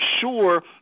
sure